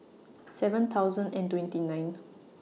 seven thousand and twenty nine